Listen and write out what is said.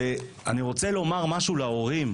אני רוצה לומר משהו להורים,